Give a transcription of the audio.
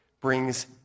brings